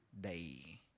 day